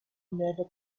never